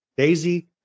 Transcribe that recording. Daisy